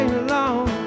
alone